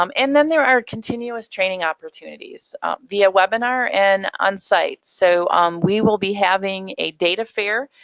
um and then there are continuous training opportunities via webinar and on-site. so um we will be having a data fair.